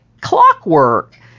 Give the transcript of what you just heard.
clockwork